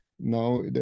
Now